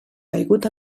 caigut